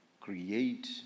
create